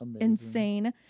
insane